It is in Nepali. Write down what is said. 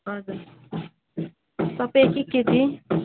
हजुर सबै एक एक केजी